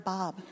Bob